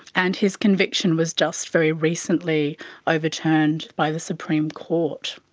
and his conviction was just very recently overturned by the supreme court.